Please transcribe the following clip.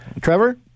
Trevor